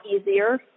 easier